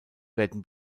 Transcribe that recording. werden